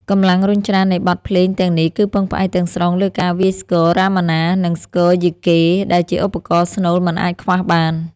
កម្លាំងរុញច្រាននៃបទភ្លេងទាំងនេះ គឺពឹងផ្អែកទាំងស្រុងលើការវាយស្គរ រាមាណា និង ស្គរយីកេ ដែលជាឧបករណ៍ស្នូលមិនអាចខ្វះបាន។